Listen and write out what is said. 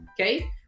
Okay